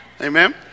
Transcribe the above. Amen